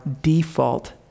default